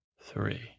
three